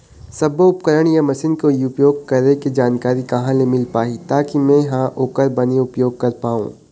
सब्बो उपकरण या मशीन के उपयोग करें के जानकारी कहा ले मील पाही ताकि मे हा ओकर बने उपयोग कर पाओ?